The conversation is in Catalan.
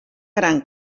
gran